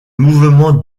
mouvements